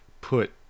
put